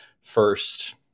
first